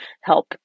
help